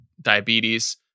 diabetes